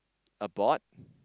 a board